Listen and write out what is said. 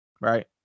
Right